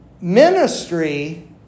ministry